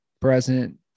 present